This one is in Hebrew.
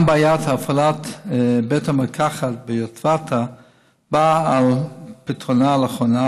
גם בעיית הפעלת בית המרקחת ביוטבתה באה על פתרונה לאחרונה,